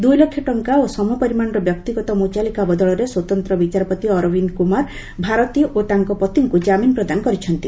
ଦୂଇ ଲକ୍ଷ ଟଙ୍କା ଓ ସମପରିମାଣର ବ୍ୟକ୍ତିଗତ ମ୍ରଚାଲିକା ବଦଳରେ ସ୍ୱତନ୍ତ୍ର ବିଚାରପତି ଅରବିନ୍ଦ୍ କ୍ରମାର ଭାରତୀ ଓ ତାଙ୍କ ପତିଙ୍କ ଜାମିନ୍ ପ୍ରଦାନ କରିଛନ୍ତି